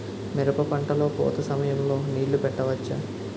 మిరప పంట లొ పూత సమయం లొ నీళ్ళు పెట్టవచ్చా?